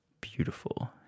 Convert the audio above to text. beautiful